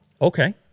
Okay